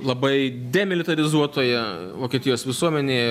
labai demilitarizuotoje vokietijos visuomenėje